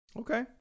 Okay